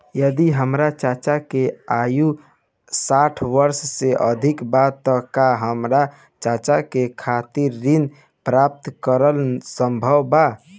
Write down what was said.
यदि हमार चाचा के आयु साठ वर्ष से अधिक बा त का हमार चाचा के खातिर ऋण प्राप्त करना संभव बा?